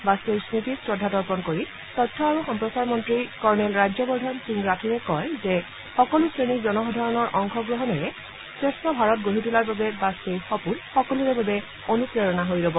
বাজপেয়ীৰ স্মৃতিত শ্ৰদ্ধা তৰ্পন কৰি তথ্য আৰু সম্প্ৰচাৰ মন্ত্ৰী কৰ্ণেল ৰাজ্যবৰ্ধন সিং ৰাথোৰে কয় যে সকলো শ্ৰেণীৰ জনসাধাৰণৰ অংশগ্ৰহণেৰে শ্ৰেষ্ঠ ভাৰত গঢ়ি তোলাৰ বাবে বাজপেয়ীৰ সপোন সকলোৰে বাবে অনুপ্ৰেৰণা হৈ ৰব